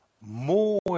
more